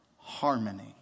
harmony